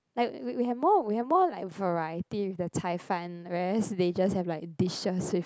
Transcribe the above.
like we we have more we have more like variety with the 菜饭 whereas they just have like dishes with